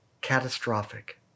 catastrophic